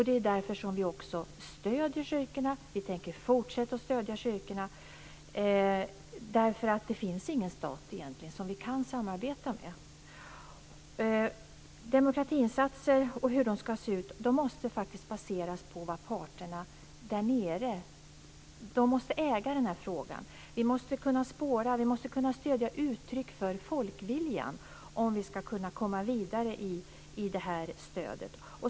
Det är därför som vi också stöder kyrkorna. Vi tänker också fortsätta stödja dem därför att det egentligen inte finns någon stat som vi kan samarbeta med. Demokratiinsatserna och hur de ska se ut måste baseras på vad parterna där nere säger. De måste äga den frågan. Vi måste kunna spåra och stödja uttryck för folkviljan om vi ska kunna komma vidare i stödet.